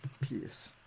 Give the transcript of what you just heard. Peace